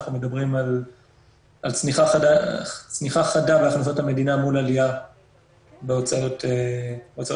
אנחנו מדברים על צניחה חדה בהכנסות המדינה מול עלייה בהוצאות מהקורונה.